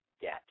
get